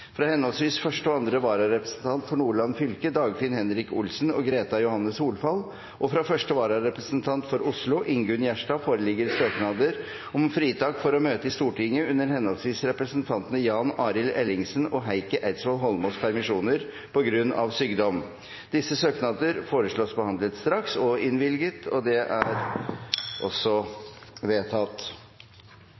Fra henholdsvis første og andre vararepresentant for Nordland fylke, Dagfinn Henrik Olsen og Greta Johanne Solfall, og fra første vararepresentant for Oslo, Ingunn Gjerstad, foreligger søknader om fritak for å møte i Stortinget under henholdsvis representantene Jan Arild Ellingen og Heikki Eidsvoll Holmås’ permisjoner på grunn av sykdom. Etter forslag fra presidenten ble enstemmig besluttet: Søknadene behandles straks og